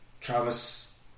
Travis